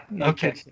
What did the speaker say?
okay